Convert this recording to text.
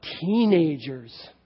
teenagers